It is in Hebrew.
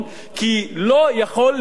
כי לא יכול להיות,